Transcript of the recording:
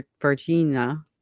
virginia